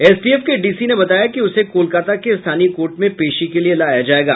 STF के DC ने बताया कि उसे कोलकता के स्थानीय कोर्ट में पेशी के लिए लाया जायेगा